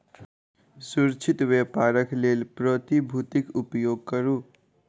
सुरक्षित व्यापारक लेल प्रतिभूतिक उपयोग करू